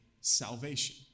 salvation